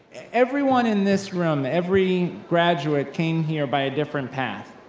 everyone in this room, every graduate came here by a different path,